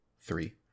three